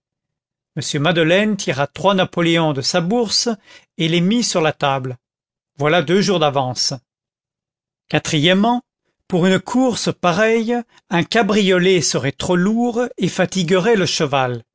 m madeleine tira trois napoléons de sa bourse et les mit sur la table voilà deux jours d'avance quatrièmement pour une course pareille sur cabriolet serait trop lourd et fatiguerait le cheval